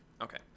Okay